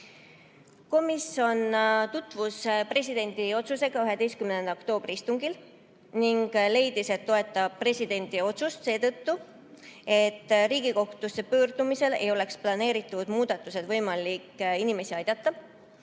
Komisjon tutvus presidendi otsusega 11. oktoobri istungil ning leidis, et toetab presidendi otsust seetõttu, et Riigikohtusse pöördumisel ei oleks planeeritud muudatustega võimalik inimesi aidata.